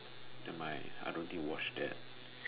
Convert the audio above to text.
nevermind I don't think you watched that